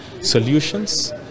solutions